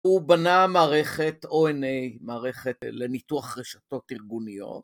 הוא בנה מערכת ONA, מערכת לניתוח רשתות ארגוניות